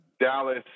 Dallas